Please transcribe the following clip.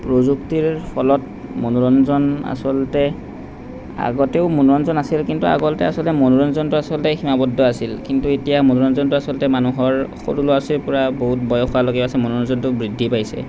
প্ৰযুক্তিৰ ফলত মনোৰঞ্জন আচলতে আগতেও মনোৰঞ্জন আছিল কিন্তু আগতে আচলতে মনোৰঞ্জনটো আচলতে সীমাবদ্ধ আছিল কিন্তু এতিয়া মনোৰঞ্জনটো আচলতে মানুহৰ সৰু ল'ৰা ছোৱালীৰ পৰা বহুত বয়স হোৱালৈকে আচলতে মনোৰঞ্জনটো বৃদ্ধি পাইছে